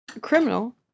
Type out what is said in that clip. criminal